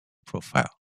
profile